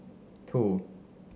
two